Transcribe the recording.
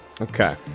Okay